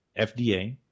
FDA